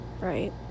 right